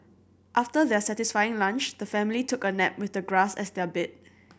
after their satisfying lunch the family took a nap with the grass as their bed